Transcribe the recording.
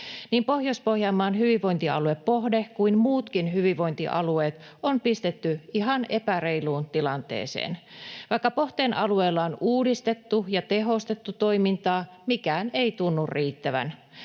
Niin Pohjois-Pohjanmaan hyvinvointialue Pohde kuin muutkin hyvinvointialueet on pistetty ihan epäreiluun tilanteeseen. Vaikka Pohteen alueella on uudistettu ja tehostettu toimintaa, mikään ei tunnu riittävän.